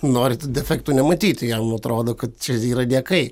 nori tų defektų nematyti jam atrodo kad čia yra niekai